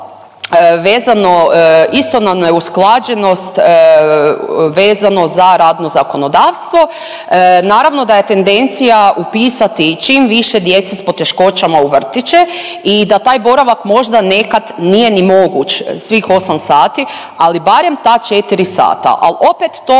isto na neusklađenost, vezano za radno zakonodavstvo. Naravno da je tendencija upisati i čim više djece s poteškoćama u vrtiće i da taj boravak možda nekad nije ni moguć svih 8 sati, ali barem ta 4 sata. Ali opet to